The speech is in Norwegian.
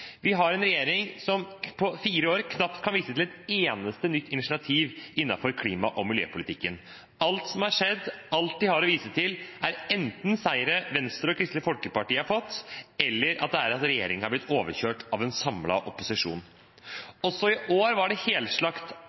Vi har en regjering som på fire år knapt kan vise til et eneste nytt initiativ innenfor klima- og miljøpolitikken. Alt som har skjedd, alt de har å vise til, er enten seire Venstre og Kristelig Folkeparti har fått, eller at regjeringen er blitt overkjørt av en samlet opposisjon. Også i år var det